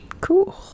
cool